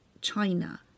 China